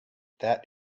that